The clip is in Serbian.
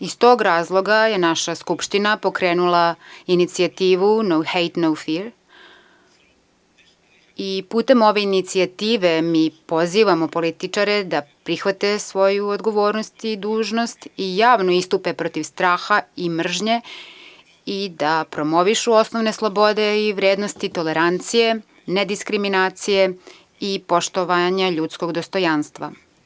Iz tog razloga je naša Skupština pokrenula inicijativu „No hate no fear“ i putem ove inicijative mi pozivamo političare da prihvate svoju odgovornost i dužnost i javno istupe protiv straha i mržnje i da promovišu osnovne slobode i vrednosti, tolerancije, nediskriminacije i poštovanja ljudskog dostojanstva.